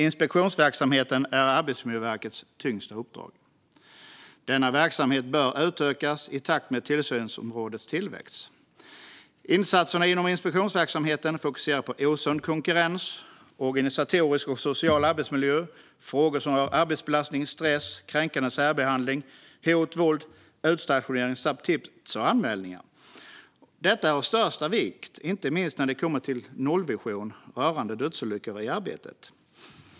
Inspektionsverksamheten är Arbetsmiljöverkets tyngsta uppdrag. Denna verksamhet bör utökas i takt med tillsynsområdets tillväxt. Insatserna inom inspektionsverksamheten fokuserar på osund konkurrens, organisatorisk och social arbetsmiljö och frågor som rör arbetsbelastning, stress, kränkande särbehandling, hot och våld, utstationering samt tips och anmälningar. Detta är av största vikt, inte minst när det gäller nollvisionen rörande dödsolyckor i arbetet.